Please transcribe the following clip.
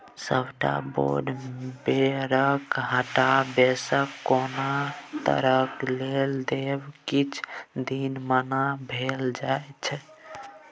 सबटा बोर्ड मेंबरके हटा बैंकसँ कोनो तरहक लेब देब किछ दिन मना भए जाइ छै